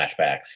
flashbacks